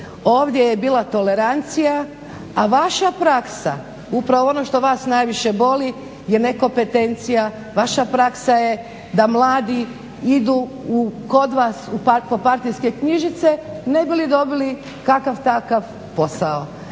Ovdje je bila tolerancija, a vaša praksa upravo ono što vas najviše boli je nekompetencija vaša praksa je da mladi idu kod vas po partijske knjižice ne bi li dobio kakav takav posao.